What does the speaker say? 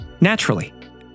naturally